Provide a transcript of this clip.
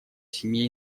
семье